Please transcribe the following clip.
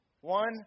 One